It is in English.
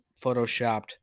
photoshopped